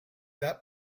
that